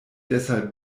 deshalb